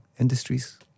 industries